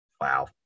wow